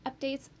updates